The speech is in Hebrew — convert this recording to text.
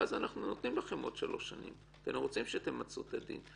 ואז אנחנו נותנים לכם עוד שלוש שנים כי אנחנו רוצים שתמצו את הדין.